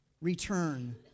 return